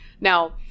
Now